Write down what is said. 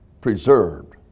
preserved